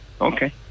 okay